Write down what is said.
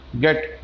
get